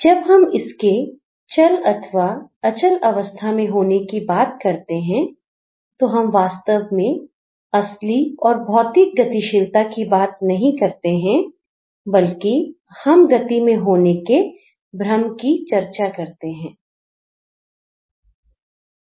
जब हम इसके चल अथवा अचल अवस्था में होने की बात करते हैं तो हम वास्तव में असली और भौतिक गतिशीलता की बात नहीं करते हैं बल्कि हम गति में होने के भ्रम की चर्चा करते हैं